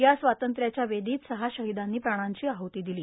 या स्वातंत्र्याच्या वेदीत सहा शहिदांनी प्राणाची आहती दिली